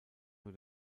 nur